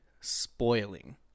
spoiling